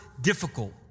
difficult